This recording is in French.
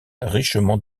richement